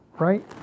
Right